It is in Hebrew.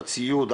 הציוד,